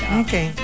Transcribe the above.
okay